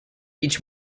each